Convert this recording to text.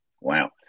wow